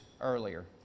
earlier